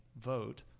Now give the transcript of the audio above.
vote